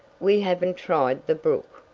we haven't tried the brook,